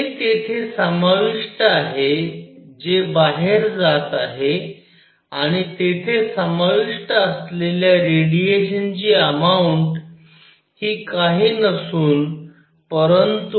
ते तेथे समाविष्ट आहे जे बाहेर जात आहे आणि तेथे समाविष्ट असलेल्या रेडिएशनची अमाऊंट हि काही नसून परंतु